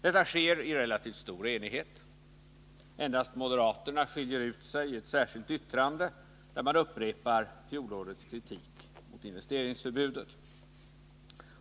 Detta uttalande har skett i relativt stor enighet. Endast moderaterna har skilt ut sig i ett särskilt yttrande, där man upprepar fjolårets kritik mot investeringsförbudet.